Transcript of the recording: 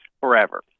forever